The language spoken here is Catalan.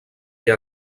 què